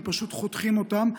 הם פשוט חותכים אותם.